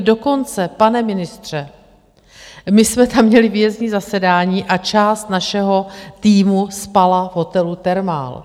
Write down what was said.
Dokonce, pane ministře, my jsme tam měli výjezdní zasedání a část našeho týmu spala v hotelu Thermal.